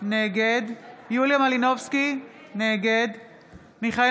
נגד יוליה מלינובסקי, נגד מיכאל